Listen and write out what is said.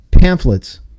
pamphlets